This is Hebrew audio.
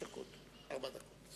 ארבע דקות.